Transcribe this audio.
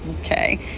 Okay